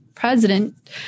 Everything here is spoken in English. President